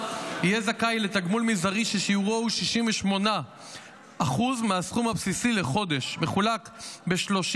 יהיה זכאי לתגמול מזערי ששיעורו 68% מהסכום הבסיסי לחודש מחולק ב-30.